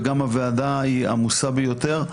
וגם הוועדה עמוסה ביותר,